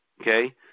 Okay